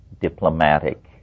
diplomatic